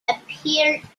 appeared